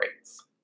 rates